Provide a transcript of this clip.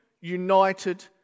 united